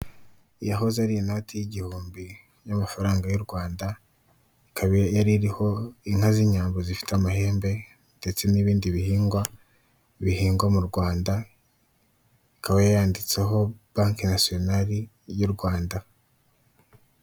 Iyahoze ari inoti y'igihumbi y'amafaranga y'u Rwanda, ikaba yari iriho inka z'inyambo zifite amahembe ndetse n'ibindi bihingwa, bihingwa mu Rwanda, ikaba yari yanditseho banki nasiyonari y'u Rwanda.